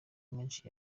menshi